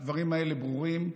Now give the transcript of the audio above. הדברים האלה ברורים.